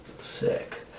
Sick